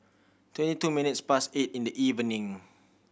twenty two minutes past eight in the evening